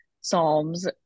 psalms